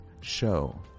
show